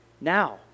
Now